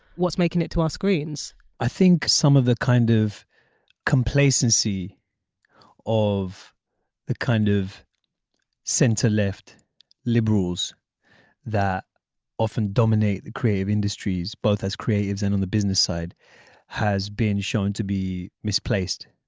what's making it to our screens i think some of the kind of complacency of the kind of centre left liberals that often dominate the creative industries both as creatives and on the business side has been shown to be misplaced.